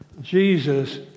Jesus